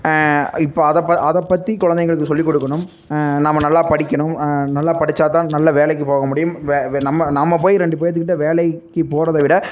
இப்போ அதைப்ப அதைப் பற்றி குழந்தைங்களுக்கு சொல்லிக் கொடுக்கணும் நம்ம நல்லா படிக்கணும் நல்லா படிச்சா தான் நல்ல வேலைக்குப் போக முடியும் வே நம்ம நாம போய் ரெண்டு பேர்த்துக்கிட்ட வேலைக்கு போகிறத விட